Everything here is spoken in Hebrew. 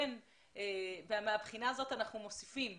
מהבחינה הזאת אנחנו מוסיפים,